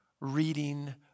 reading